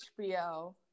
HBO